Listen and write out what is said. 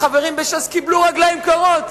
החברים בש"ס קיבלו רגליים קרות,